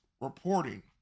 reporting